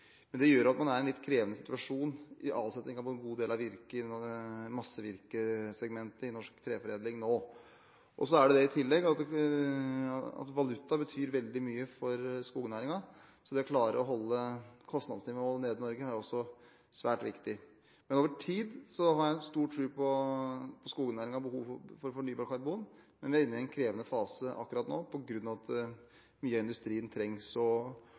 god del av virket – massevirkesegmentet – i norsk treforedling. Så betyr valuta i tillegg veldig mye for skognæringen, så det å klare å holde kostnadsnivået nede i Norge er også svært viktig. Men over tid har jeg stor tro på skognæringen og behovet for fornybart karbon. Vi er inne i en krevende fase akkurat nå på grunn av at mye av industrien